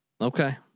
Okay